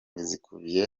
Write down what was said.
zikubiye